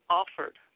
offered